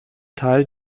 teil